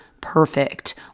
perfect